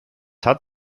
hat